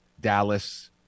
Dallas